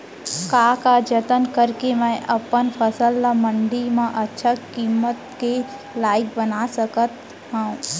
का का जतन करके मैं अपन फसल ला मण्डी मा अच्छा किम्मत के लाइक बना सकत हव?